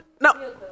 No